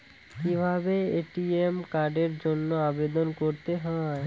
কিভাবে এ.টি.এম কার্ডের জন্য আবেদন করতে হয়?